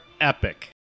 epic